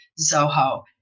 Zoho